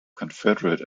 confederate